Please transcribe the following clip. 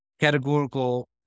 categorical